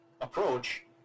approach